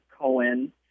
Cohen